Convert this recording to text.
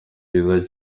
byiza